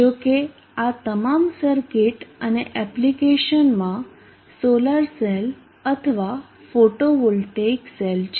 જો કે આ તમામ સર્કિટ અને એપ્લિકેશનમાં સોલાર સેલ અથવા ફોટોવોલ્ટેઇક સેલ છે